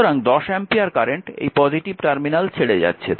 সুতরাং 10 ampere current এই positive terminal ছেড়ে যাচ্ছে